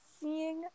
seeing